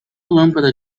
lâmpada